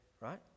right